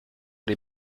les